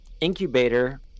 Incubator